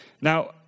Now